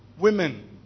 women